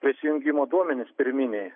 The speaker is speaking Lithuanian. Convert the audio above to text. prisijungimo duomenys pirminiai